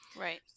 Right